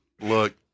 Look